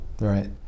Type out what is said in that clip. Right